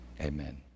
amen